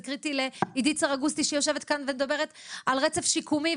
זה קריטי לעידית סרגוסטי שיושבת כאן ומדברת על רצף שיקומי,